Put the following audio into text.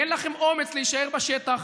אין לכם אומץ להישאר בשטח.